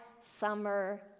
summer